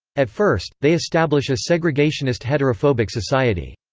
at first, they establish a segregationist heterophobic society.